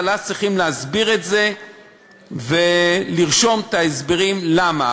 אבל אז צריכים להסביר את זה ולרשום את ההסברים למה.